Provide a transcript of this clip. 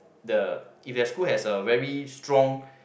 the if that school has a very strong